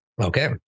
Okay